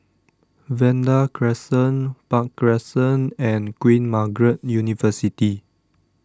Vanda Crescent Park Crescent and Queen Margaret University